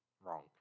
wrong